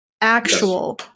actual